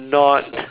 not